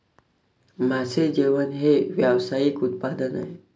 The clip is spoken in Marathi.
मासे जेवण हे व्यावसायिक उत्पादन आहे